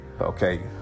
okay